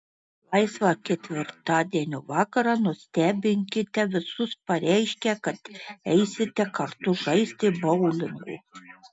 laisvą ketvirtadienio vakarą nustebinkite visus pareiškę kad eisite kartu žaisti boulingo